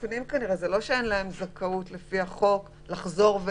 זה כנראה משהו בהנחיות של משרד הפנים,